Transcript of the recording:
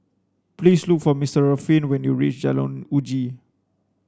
please look for Ruffin when you reach Jalan Uji